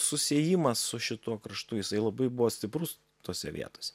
susiejimas su šituo kraštu jisai labai buvo stiprus tose vietose